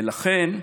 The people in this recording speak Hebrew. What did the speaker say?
ולכן,